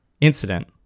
incident